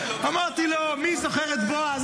אמרתי לו: מי זוכר את בועז,